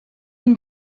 une